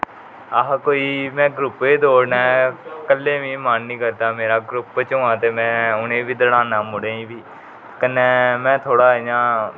अस कोई ग्रुप च दोडना ऐ कल्ले मिगी मन नेई करदा मेरा ग्रुप च होवा ते मे उन्हेगी बी दडाना मुडे गी बी कन्ने में थोहड़ा इयां